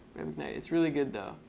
it's really good, though.